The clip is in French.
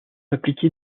appliqués